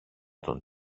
τον